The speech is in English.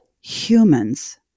humans